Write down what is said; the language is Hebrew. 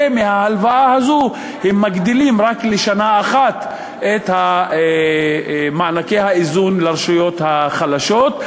ומההלוואה הזאת הם מגדילים רק לשנה אחת את מענקי האיזון לרשויות החלשות,